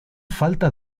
falta